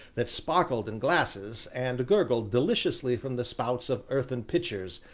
that sparkled in glasses, and gurgled deliciously from the spouts of earthen pitchers,